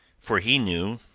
for he knew,